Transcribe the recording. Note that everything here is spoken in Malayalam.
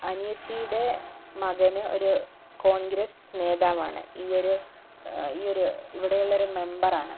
അനിയത്തിയുടെ മകൻ ഒരു കോൺഗ്രസ് നേതാവാണ് ഈയൊരു ഈയൊരു ഇവിടെയുള്ള ഒരു മെമ്പറാണ്